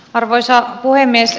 arvoisa puhemies